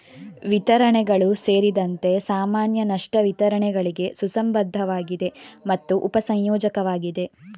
ವಿತರಣೆಗಳು ಸೇರಿದಂತೆ ಸಾಮಾನ್ಯ ನಷ್ಟ ವಿತರಣೆಗಳಿಗೆ ಸುಸಂಬದ್ಧವಾಗಿದೆ ಮತ್ತು ಉಪ ಸಂಯೋಜಕವಾಗಿದೆ